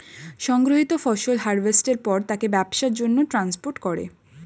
সংগৃহীত ফসল হারভেস্টের পর তাকে ব্যবসার জন্যে ট্রান্সপোর্ট করে